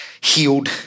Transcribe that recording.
healed